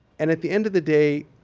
and at the end of the day,